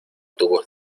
tubos